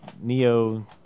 Neo